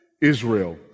Israel